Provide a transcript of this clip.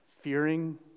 fearing